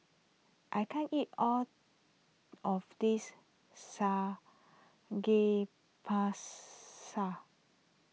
I can't eat all of this